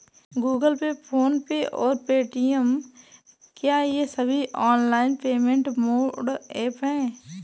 Google Pay PhonePe और Paytm क्या ये सभी ऑनलाइन पेमेंट मोड ऐप हैं?